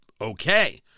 Okay